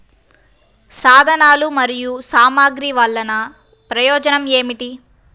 సాధనాలు మరియు సామగ్రి వల్లన ప్రయోజనం ఏమిటీ?